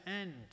end